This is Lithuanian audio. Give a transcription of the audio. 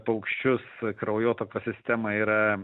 paukščius kraujotakos sistema yra